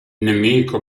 nemico